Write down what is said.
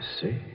see